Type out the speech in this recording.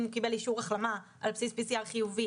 אם הוא קיבל אישור החלמה על בסיס PCR חיובי